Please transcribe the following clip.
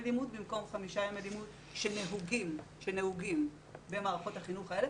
לימוד במקום חמישה ימי לימוד שנהוגים במערכות החינוך האלה